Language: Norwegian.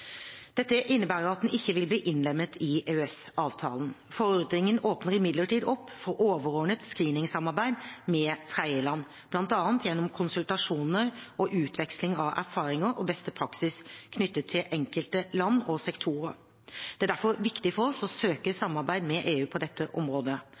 Dette innebærer at den ikke vil bli innlemmet i EØS-avtalen. Forordningen åpner imidlertid for overordnet screeningsamarbeid med tredjeland, bl.a. gjennom konsultasjoner og utveksling av erfaringer og beste praksis knyttet til enkelte land og sektorer. Det er derfor viktig for oss å